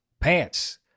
pants